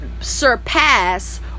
surpass